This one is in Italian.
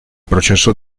processo